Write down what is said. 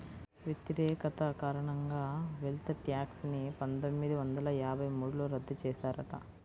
వ్యతిరేకత కారణంగా wealth tax ని పందొమ్మిది వందల యాభై మూడులో రద్దు చేశారట